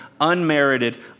unmerited